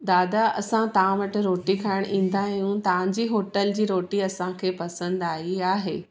दादा असां तव्हां वटि रोटी खाइणु ईंदा आहियूं तव्हांजी होटल जी रोटी असांखे पसंदि आई आहे